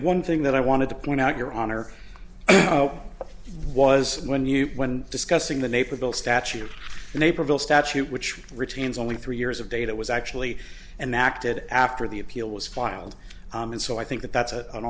one thing that i wanted to point out your honor was when you when discussing the naperville statute of naperville statute which routines only three years of data was actually and acted after the appeal was filed and so i think that that's a an